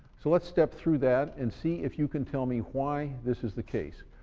so let's step through that and see if you can tell me why this is the case.